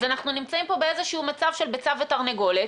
אז אנחנו נמצאים פה במצב של ביצה ותרנגולת,